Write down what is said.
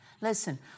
Listen